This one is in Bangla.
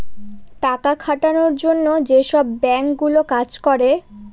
টাকা খাটানোর জন্য যেসব বাঙ্ক গুলো কাজ করে